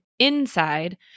inside